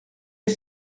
est